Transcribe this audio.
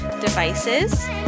devices